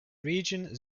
region